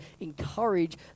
encourage